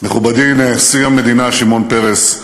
מכובדי נשיא המדינה שמעון פרס,